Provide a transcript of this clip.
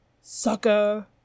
Sucker